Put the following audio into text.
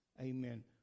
Amen